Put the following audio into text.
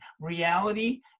reality